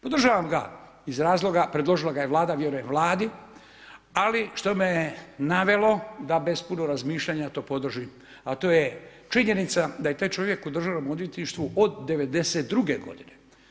Podržavam ga iz razloga, predložila ga je Vlada, vjerujem Vladi, ali što me je navelo da bez puno razmišljanja to podržim, a to je činjenica da je taj čovjek u državnom odvjetništvu od '92. godine.